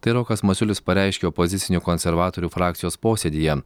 tai rokas masiulis pareiškė opozicinių konservatorių frakcijos posėdyje